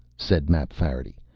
said mapfarity.